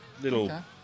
little